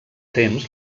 temps